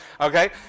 Okay